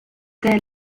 their